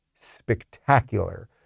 spectacular